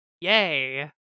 Yay